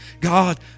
God